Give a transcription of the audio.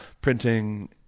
printing